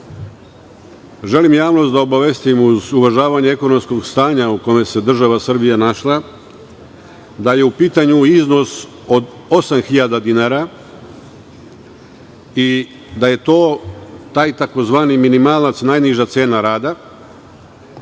javnost da obavestim, uz uvažavanje ekonomskog stanja u kome se država Srbija našla, da je u pitanju iznos od 8.000 dinara i da je to taj tzv. minimalac, najniža cena rada,